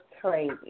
crazy